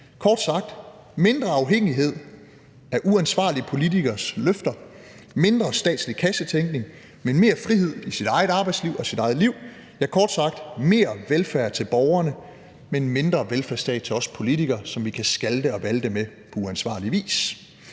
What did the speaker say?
Kort sagt: Mindre afhængighed af uansvarlige politikeres løfter, mindre statslig kassetænkning, men mere frihed i sit eget arbejdsliv og sit eget liv – ja, kort sagt, mere velfærd til borgerne, men mindre velfærdsstat til os politikere, som vi kan skalte og valte med på uansvarlig vis.